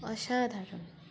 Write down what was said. অসাধারণ